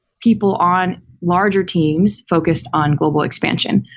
people on larger teams focused on global expansion.